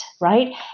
right